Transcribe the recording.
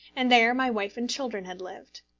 and there my wife and children had lived.